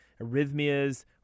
arrhythmias